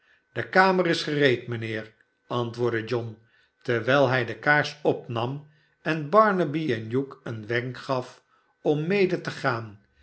de kamer is gereed mijnheer antwoordde john terwijl hi de kaars opnam en barnaby en hugh een wenk gaf om mede te gaan